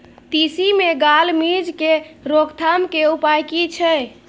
तिसी मे gall midge के रोकथाम के उपाय की छै?